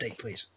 please